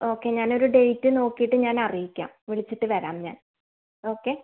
okay ഞാനൊരു date നോക്കീട്ട് ഞാനറിയിക്കാം വിളിച്ചിട്ട് വരാം ഞാൻ ഓക്കെ